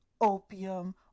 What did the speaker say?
opium